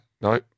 No